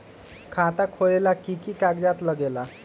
खाता खोलेला कि कि कागज़ात लगेला?